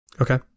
Okay